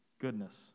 Goodness